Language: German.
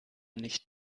nicht